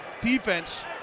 defense